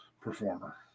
performer